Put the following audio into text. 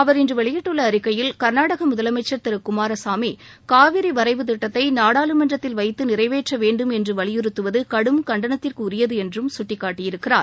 அவர் இன்று வெளியிட்டுள்ள அறிக்கையில் கர்நாடக முதலமைச்சர் திரு குமாரசாமி காவிரி வரைவு திட்டத்தை நாடாளுமன்றத்தில் வைத்து நிறைவேற்ற வேண்டும் என்று வலியுறுத்துவது கடும் கண்டனத்திற்குரியது என்றும் சுட்டிக்காட்டியிருக்கிறார்